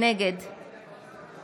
נגד